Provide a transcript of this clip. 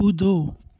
कूदो